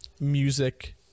music